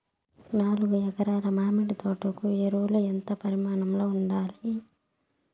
నాలుగు ఎకరా ల మామిడి తోట కు ఎరువులు ఎంత పరిమాణం లో ఉండాలి?